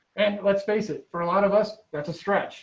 and let's face it, for a lot of us. that's a stretch